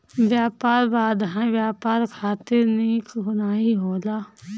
व्यापार बाधाएँ व्यापार खातिर निक नाइ होला